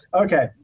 Okay